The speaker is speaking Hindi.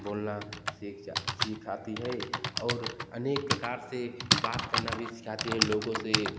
बोलना सीख जाते हैं सीख आती है और अनेक प्रकार से बात करना भी सिखाते हैं लोगों से